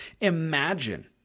Imagine